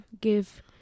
give